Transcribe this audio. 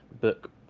book